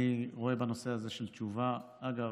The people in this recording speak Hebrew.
אני רואה בנושא זה של תשובה, אגב,